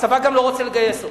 הצבא גם לא רוצה לגייס אותן.